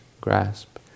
grasp